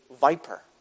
viper